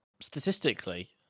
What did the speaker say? Statistically